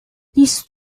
these